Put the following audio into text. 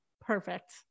Perfect